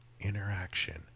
interaction